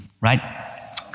right